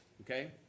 Okay